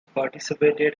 participated